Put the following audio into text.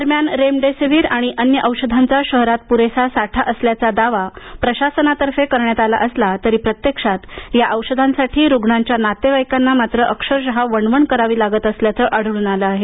दरम्यान रेमडेसेव्हीर आणि अन्य औषधांचा शहरात पुरेसा साठा असल्याचा दावा प्रशासनातर्फे करण्यात आला असला तरी प्रत्यक्षात या औषधांसाठी रुग्णांच्या नातेवाईकांना मात्र अक्षरशः वणवण करावी लागत असल्याचं आढळून आलं आहे